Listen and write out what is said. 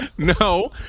No